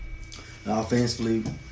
Offensively